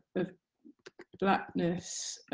of blackness